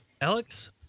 Alex